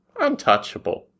untouchable